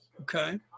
Okay